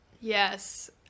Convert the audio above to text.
Yes